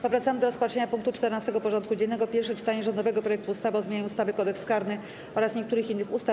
Powracamy do rozpatrzenia punktu 14. porządku dziennego: Pierwsze czytanie rządowego projektu ustawy o zmianie ustawy - Kodeks karny oraz niektórych innych ustaw.